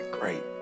great